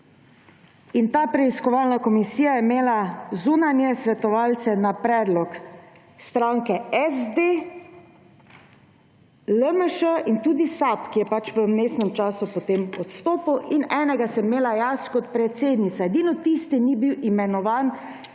In ta preiskovalna komisija je imela zunanje svetovalce na predlog strank SD, LMŠ in tudi SAB, ki je pač v vmesnem času potem odstopil, in enega sem imela jaz kot predsednica, edino tisti ni bil imenovan